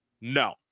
No